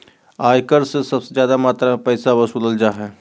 आय कर से सबसे ज्यादा मात्रा में पैसा वसूलल जा हइ